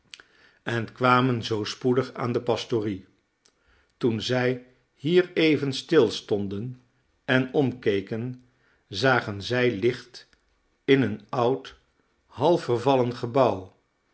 en kwamen zoo spoedig aan de pastorie toen zij hier even stilstonden en omkeken zagen zij licht in een oud half vervallen gebouw